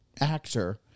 actor